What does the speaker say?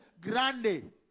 Grande